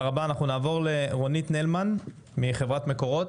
רונית זלמן, חברת מקורות,